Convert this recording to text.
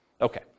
Okay